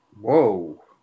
Whoa